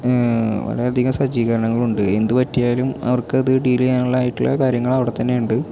വളരെ അധികം സജ്ജീകരണങ്ങളുണ്ട് എന്ത് പറ്റിയാലും അവർക്കത് ഡീൽ ചെയ്യാനുള്ള ആയിട്ടുള്ള കാര്യങ്ങൾ അവിടെ തന്നെ ഉണ്ട്